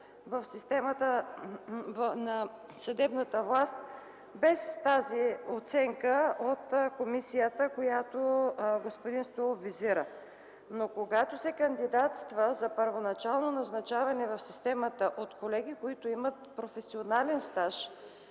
в системата на съдебната власт без тази оценка от комисията, която визира господин Стоилов. Но когато се кандидатства за първоначално назначаване в системата на колеги, които имат професионален стаж